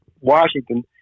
Washington